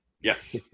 Yes